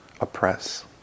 oppress